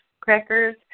crackers